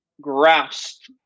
grasped